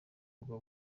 uba